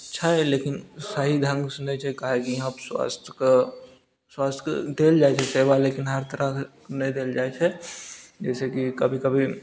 छै लेकिन सही ढङ्ग से नहि छै काहेकि यहाँ पर स्वास्थयके स्वास्थयके देल जाइत छै सेबा लेकिन हर तरहके नहि देल जाइत छै जैसेकि कभी कभी